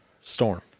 storm